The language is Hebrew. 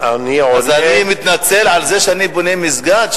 אז אני מתנצל על זה שאני בונה מסגד,